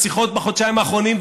בשיחות בחודשיים האחרונים,